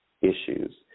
issues